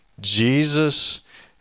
Jesus